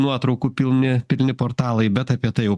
nuotraukų pilni pilni portalai bet apie tai jau